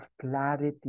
clarity